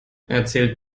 erzähl